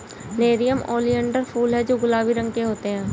nerium oleander फूल हैं जो गुलाबी रंग के होते हैं